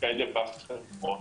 כאלה ואחרות.